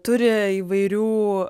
turi įvairių